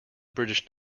british